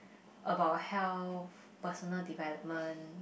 about health personal development